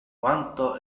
quanto